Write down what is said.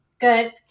Good